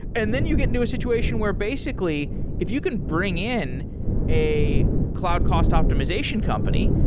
and then you get into a situation where basically if you can bring in a cloud cost optimization company,